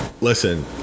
listen